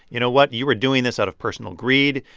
you know what? you were doing this out of personal greed.